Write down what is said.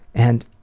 and,